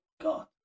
God